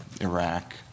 Iraq